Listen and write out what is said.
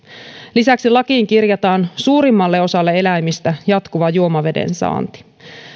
lisäksi lakiin kirjataan suurimmalle osalle eläimistä jatkuva juomaveden saanti